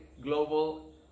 global